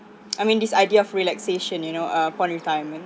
I mean this idea of relaxation you know uh for retirement